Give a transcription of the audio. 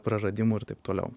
praradimų ir taip toliau